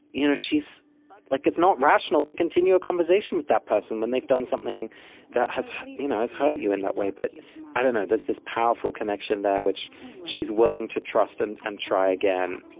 you know she's like it's not rational to continue a conversation with that person, when they've done something that has you know has hurt you in that way. but i don't know, there's this powerful connection there, which she's willing to trust and and try again.